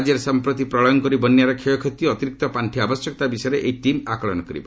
ରାଜ୍ୟରେ ସଂପ୍ରତି ପ୍ରଳୟଙ୍କରୀ ବନ୍ୟାରେ କ୍ଷୟକ୍ଷତି ଓ ଅତିରିକ୍ତ ପାଣ୍ଡି ଆବଶ୍ୟକତା ବିଷୟରେ ଏହି ଟିମ୍ ଆକଳନ କରିବ